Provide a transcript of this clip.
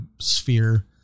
sphere